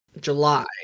July